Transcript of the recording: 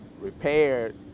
repaired